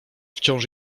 wciąż